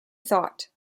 thought